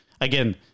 again